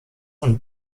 und